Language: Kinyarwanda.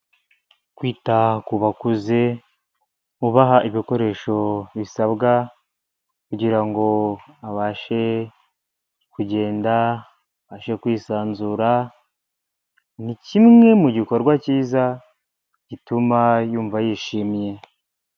Kwita ku bakuze ubaha ibikoresho bisabwa kugira ngo abashe kugenda, abashe kwisanzura ni kimwe mu gikorwa cyiza gituma yumva yishimye.